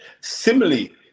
Similarly